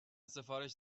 سفارش